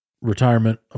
retirement